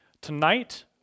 Tonight